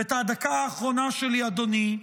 ואת הדקה האחרונה שלי, אדוני,